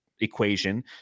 equation